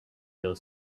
their